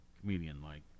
Comedian-like